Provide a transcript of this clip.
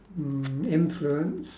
mm influence